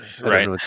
Right